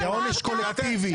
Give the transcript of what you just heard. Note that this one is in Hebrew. הוא פועל נגד ההתיישבות הצעירה?